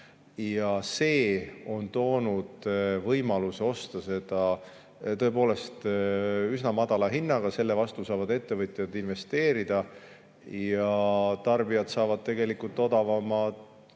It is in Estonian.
See on toonud võimaluse osta seda tõepoolest üsna madala hinnaga. Selle vastu saavad ettevõtjad investeerida ja tarbijad saavad odavamat